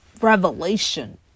revelation